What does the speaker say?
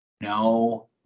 No